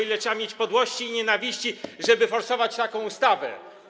ile trzeba mieć podłości i nienawiści, żeby forsować taką ustawę?